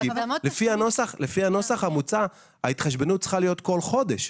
כי לפי הנוסח המוצע ההתחשבנות צריכה להיות כל חודש,